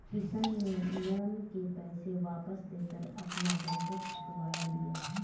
किशन ने लोन के पैसे वापस देकर अपना बंधक छुड़वा लिया